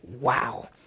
wow